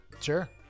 Sure